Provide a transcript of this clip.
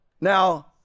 now